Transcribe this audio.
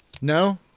No